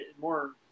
More